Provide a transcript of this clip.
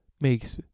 makes